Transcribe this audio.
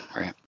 right